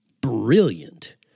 brilliant